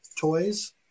toys